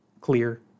clear